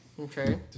Okay